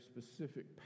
specific